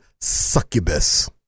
succubus